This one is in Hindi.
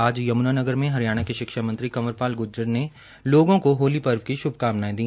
आज यम्नानगर में हरियाणा शिक्षा मंत्री कंवर पाल ग्र्जर ने लोगों को होली पर्व की श्भकामनाये दी